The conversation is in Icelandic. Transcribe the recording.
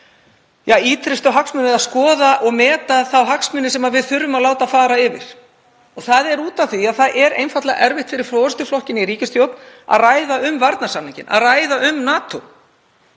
gæta ýtrustu hagsmuna eða skoða og meta þá hagsmuni sem við þurfum að láta fara yfir. Það er af því að það er einfaldlega erfitt fyrir forystuflokkinn í ríkisstjórn að ræða um varnarsamninginn, að ræða um NATO.